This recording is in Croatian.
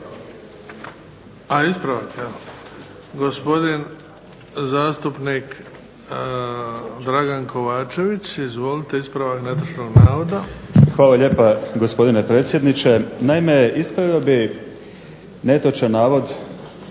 Hvala. Gospodin zastupnik Dragan Kovačević, izvolite. Ispravak netočnog navoda. **Kovačević, Dragan (HDZ)** Hvala lijepa, gospodine predsjedniče. Naime, ispravio bih netočan navod